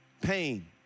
Pain